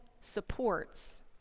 supports